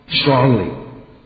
strongly